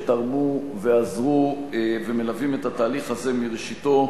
שתרמו ועזרו ומלווים את התהליך הזה מראשיתו,